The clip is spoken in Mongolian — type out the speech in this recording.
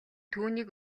түүнийг